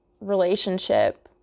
relationship